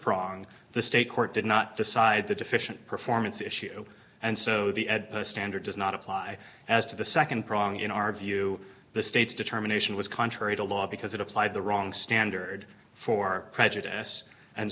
prong the state court did not decide the deficient performance issue and so the standard does not apply as to the nd prong in our view the state's determination was contrary to law because it applied the wrong standard for prejudice and